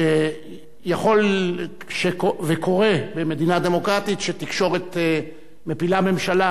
שיכול וקורה במדינה דמוקרטית שתקשורת מפילה ממשלה,